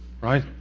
right